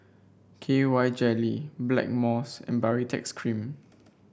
K Y Jelly Blackmores and Baritex Cream